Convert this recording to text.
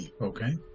Okay